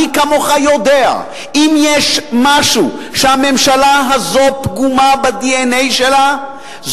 מי כמוך יודע שאם יש משהו שהממשלה הזאת פגומה ב-DNA שלה,